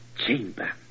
chamber